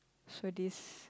so this